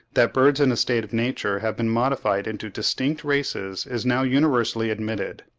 that birds in a state of nature have been modified into distinct races is now universally admitted.